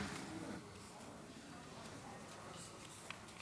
23 בעד, שניים